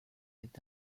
est